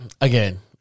Again